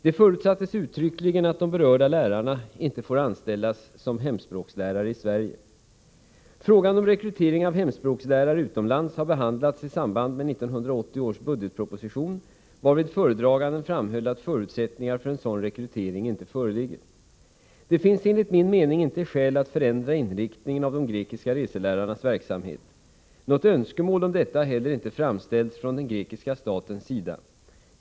Det förutsattes uttryckligen att de berörda lärarna inte får anställas som hemspråkslärare i Sverige. Frågan om rekrytering av hemspråkslärare utomlands har behandlats i samband med 1980 års budgetproposition, varvid föredraganden framhöll att förutsättningar för en sådan rekrytering inte föreligger. Det finns enligt min mening inte skäl att förändra inriktningen av de grekiska reselärarnas verksamhet. Något önskemål om detta har inte heller framställts från den grekiska statens sida.